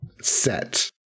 set